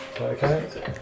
Okay